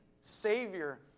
savior